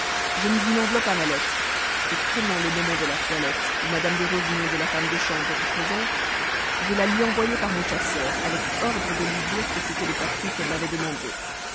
je mis une enveloppe à ma lettre prenant le moment de la toilette où mme de rosemonde la femme de chambre étaient présentes je la lui envoyai par mon chasseur avec ordre de lui dire que c'était le papier qu'elle m'avait demandé